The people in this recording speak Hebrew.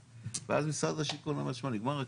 ואז משרד השיכון אומר שמע, נגמר הכסף.